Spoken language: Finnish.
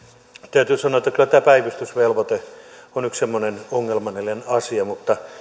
täytyy sanoa että kyllä tämä päivystysvelvoite on yksi semmoinen ongelmallinen asia mutta